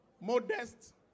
Modest